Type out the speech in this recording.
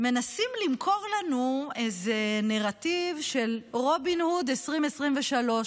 מנסים למכור לנו איזה נרטיב של רובין הוד 2023,